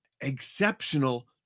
exceptional